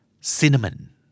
Cinnamon